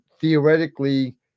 theoretically